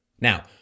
Now